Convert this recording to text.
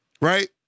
Right